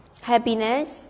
happiness